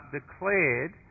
declared